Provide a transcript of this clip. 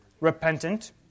Repentant